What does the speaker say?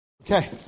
Okay